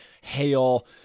hail